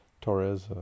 Torres